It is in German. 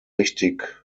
richtig